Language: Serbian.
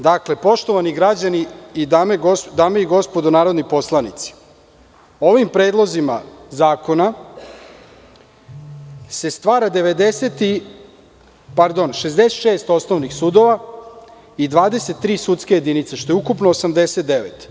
Dakle, poštovani građani i dame i gospodo narodni poslanici, ovim predlozima zakona se stvara 66 osnovnih sudova i 23 sudske jedinice, što je ukupno 89.